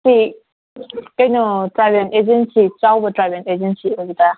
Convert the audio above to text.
ꯁꯤ ꯀꯩꯅꯣ travel agency ꯆꯥꯎꯕ ꯇ꯭ꯔꯚꯦꯜ ꯑꯦꯖꯦꯟꯁꯤ ꯑꯣꯏꯕꯤꯗꯣꯏꯔꯥ